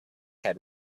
head